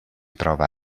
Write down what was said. trova